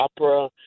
opera